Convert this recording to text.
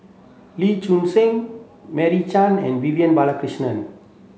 Lee Choon Seng Meira Chand and Vivian Balakrishnan